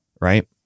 Right